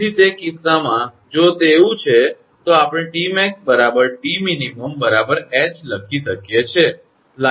તેથી તે કિસ્સામાં જો તેવું છે તો આપણે 𝑇𝑚𝑎𝑥 𝑇𝑚𝑖𝑛 𝐻 લખી શકીએ છીએ